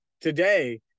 Today